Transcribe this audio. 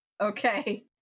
Okay